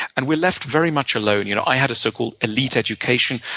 and we're left very much alone. you know i had a so-called elite education.